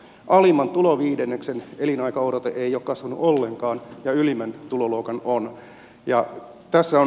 alimman tuloviidenneksen elinaikaodote ei ole kasvanut ollenkaan ja ylimmän tuloluokan on